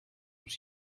was